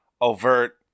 overt